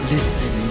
Listen